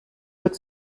wird